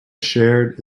shared